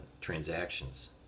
transactions